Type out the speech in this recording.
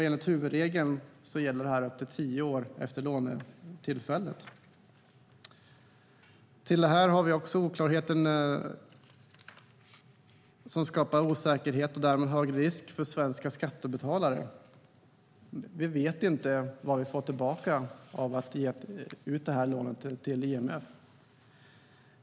Enligt huvudregeln gäller detta upp till tio år efter lånetillfället. Till detta kommer också den oklarhet som skapar osäkerhet och därmed hög risk för svenska skattebetalare. Vi vet inte vad vi får tillbaka av att ge ut detta lån till IMF.